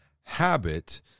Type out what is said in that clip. habit